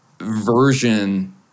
version